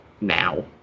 now